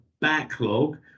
backlog